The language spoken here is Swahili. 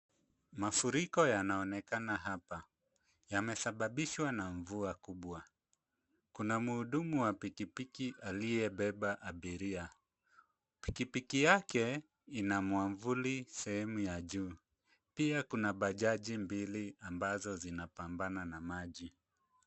Mafuriko yanaonekana hapa. Yamesababishwa na mvua kubwa. Kuna mhudumu wa pikipiki aliyebeba abiria. Pikipiki yake, ina mwavuli sehemu ya juu. Pia kuna bajaji mbili ambazo zinapambana na maji.